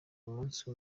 umunsi